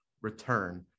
return